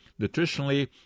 Nutritionally